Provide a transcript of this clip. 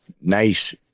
nice